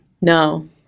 No